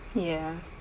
ya